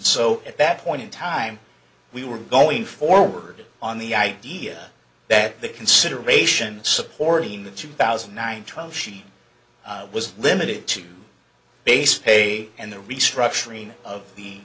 so at that point in time we were going forward on the idea that the consideration of supporting the two thousand and nine trial sheet was limited to base pay and the restructuring of the